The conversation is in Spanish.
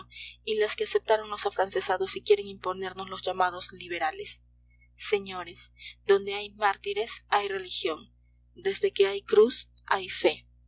y las que aceptaron los afrancesados y quieren imponernos los llamados liberales señores donde hay mártires hay religión desde que hay cruz hay fe